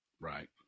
Right